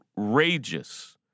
outrageous